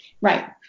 Right